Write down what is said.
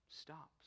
stops